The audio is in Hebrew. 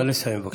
נא לסיים, בבקשה.